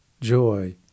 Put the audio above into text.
joy